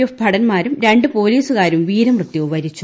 F ഭടൻമാരും രണ്ട് പോലീസുകാരും വീരമൃത്യു വരിച്ചു